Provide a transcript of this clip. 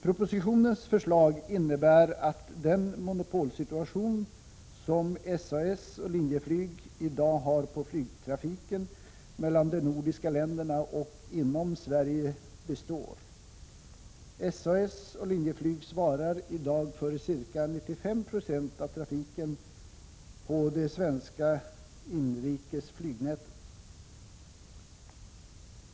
Propositionens förslag innebär att det monopol som SAS och Linjeflyg i dag har på flygtrafiken mellan de nordiska länderna och inom Sverige består. SAS och Linjeflyg svarar i dag för ca 95 96 av trafiken på det svenska inrikes flygnätet.